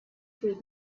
through